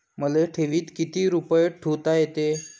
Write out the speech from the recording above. मले ठेवीत किती रुपये ठुता येते?